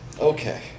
Okay